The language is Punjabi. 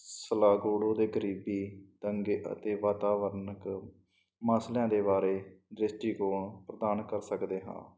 ਸਲਾਗੋੜੋ ਦੇ ਗਰੀਬੀ ਦੰਗੇ ਅਤੇ ਵਾਤਾਵਰਨਕ ਮਸਲਿਆਂ ਦੇ ਬਾਰੇ ਦ੍ਰਿਸ਼ਟੀਕੋਣ ਪ੍ਰਦਾਨ ਕਰ ਸਕਦੇ ਹਾਂ